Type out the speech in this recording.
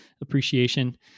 appreciation